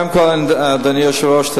אדוני היושב-ראש,